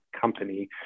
Company